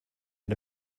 and